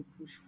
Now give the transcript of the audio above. push